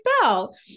Bell